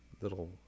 little